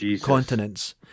continents